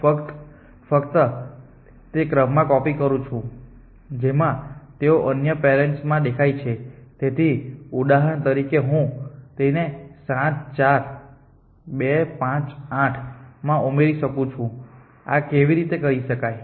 હું ફક્ત તે ક્રમમાં કોપી કરું છું જેમાં તેઓ અન્ય પેરેન્ટ્સ માં દેખાય છે તેથી ઉદાહરણ તરીકે હું તેને 7 4 2 5 8 માં ઉમેરી શકું છું આ કેવી રીતે કરી શકાય